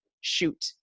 shoot